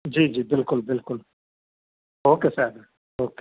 जी जी बिल्कुलु बिल्कुलु ओके साहबु ओके